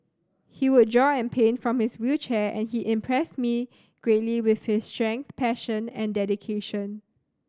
he would draw and paint from his wheelchair and he impressed me greatly with his strength passion and dedication